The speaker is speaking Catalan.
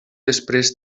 després